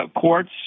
courts